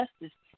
justice